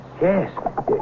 Yes